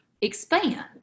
expand